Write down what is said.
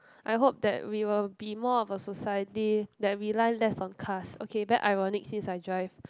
I hope that we will be more of a society that rely less on cars okay very ironic since I drive